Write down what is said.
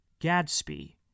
Gadsby